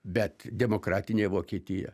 bet demokratinė vokietija